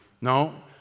No